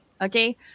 Okay